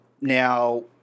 Now